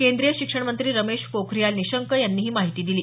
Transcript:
केंद्रीय शिक्षण मंत्री रमेश पोखरीयाल निशंक यांनी ही माहिती दिली